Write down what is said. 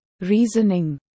reasoning